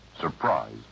surprise